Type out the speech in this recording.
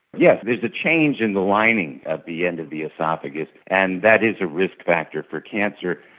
yes, there's a change in the lining at the end of the oesophagus, and that is a risk factor for cancer,